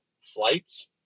flights